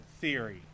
Theory